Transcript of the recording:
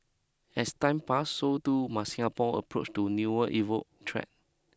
as time pass so too must Singapore approach to newer evokeed threat